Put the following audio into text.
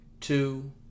two